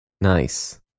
nice